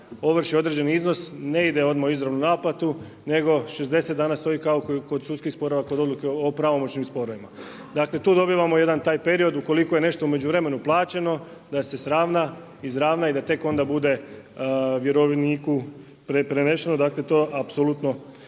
ovrši određeni iznos ne ide odmah na izravnu naplatu nego 60 dana stoji kao i kod sudskih sporova kod odluke o pravomoćnim sporovima. Dakle tu dobivamo taj jedan period, ukoliko je nešto u međuvremenu plaćeno da se sravna, izravna i da tek onda bude vjerovniku prenešeno, dakle to apsolutno